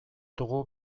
dugu